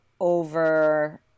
over